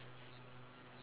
the cards